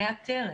היא מאתרת